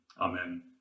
Amen